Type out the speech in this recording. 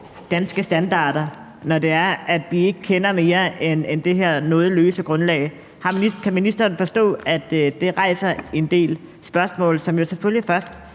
danske standarder, når det er, at vi ikke kender mere end det her noget løse grundlag? Kan ministeren forstå, at det rejser en del spørgsmål, som jo selvfølgelig først